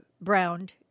browned